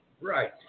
Right